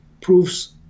proves